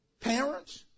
parents